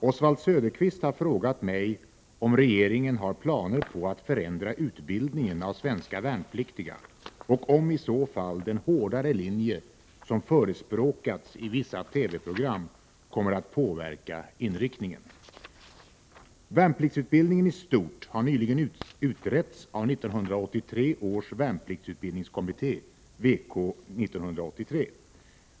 Herr talman! Oswald Söderqvist har frågat mig om regeringen har planer på att förändra utbildningen av svenska värnpliktiga och om i så fall den hårdare linje som förespråkats i vissa TV-program kommer att påverka inriktningen. Värnpliktsutbildningen i stort har nyligen utretts av 1983 års värnpliktsutbildningskommitté, VK-83.